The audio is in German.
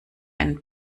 einen